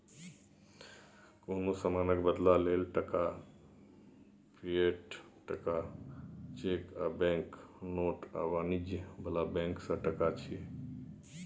कुनु समानक बदला लेल टका, फिएट टका, चैक आ बैंक नोट आ वाणिज्य बला बैंक के टका छिये